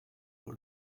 pour